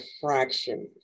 fraction